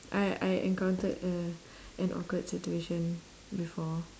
I I encountered a an awkward situation before